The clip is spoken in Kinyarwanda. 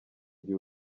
gihe